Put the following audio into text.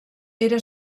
era